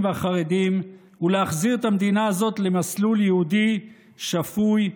והחרדים ולהחזיר את המדינה הזאת למסלול יהודי שפוי,